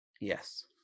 Yes